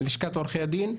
לשכת עורכי הדין.